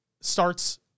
starts